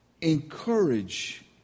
encourage